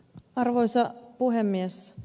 arvoisa puhemies